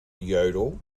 yodel